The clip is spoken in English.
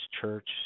church